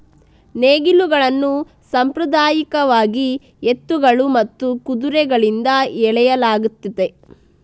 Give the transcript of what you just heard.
ನೇಗಿಲುಗಳನ್ನು ಸಾಂಪ್ರದಾಯಿಕವಾಗಿ ಎತ್ತುಗಳು ಮತ್ತು ಕುದುರೆಗಳಿಂದ ಎಳೆಯಲಾಗುತ್ತದೆ